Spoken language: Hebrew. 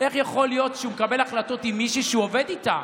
איך יכול להיות שהוא מקבל החלטות על מישהי שהוא עובד איתה?